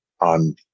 on